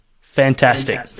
Fantastic